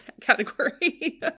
category